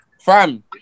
Fam